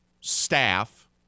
staff